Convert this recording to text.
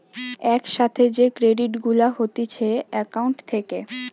এক সাথে যে ক্রেডিট গুলা হতিছে একাউন্ট থেকে